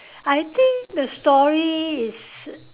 I think the story is